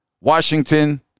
Washington